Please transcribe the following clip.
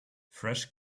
fresh